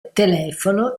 telefono